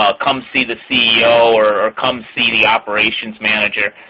ah come see the ceo or come see the operations manager,